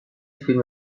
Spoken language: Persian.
فیلم